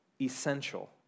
essential